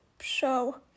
show